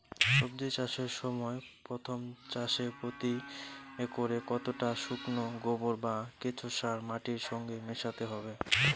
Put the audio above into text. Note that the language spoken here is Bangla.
সবজি চাষের সময় প্রথম চাষে প্রতি একরে কতটা শুকনো গোবর বা কেঁচো সার মাটির সঙ্গে মেশাতে হবে?